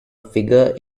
figure